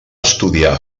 estudiar